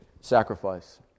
sacrifice